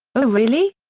oh really.